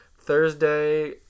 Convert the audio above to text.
Thursday